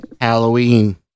Halloween